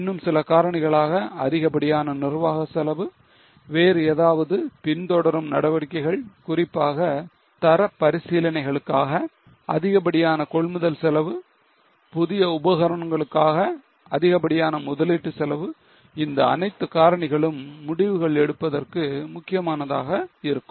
இன்னும் சில காரணிகள் ஆக அதிகப்படியான நிர்வாக செலவு வேறு ஏதாவது பின்தொடரும் நடவடிக்கை குறிப்பாக தர பரிசீலனைகளுக்காக அதிகப்படியான கொள்முதல் செலவு புதிய உபகரணங்களுக்காக அதிகப்படியான முதலீட்டு செலவு இந்த அனைத்து காரணிகளும் முடிவுகள் எடுப்பதற்கு முக்கியமானதாக இருக்கும்